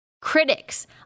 Critics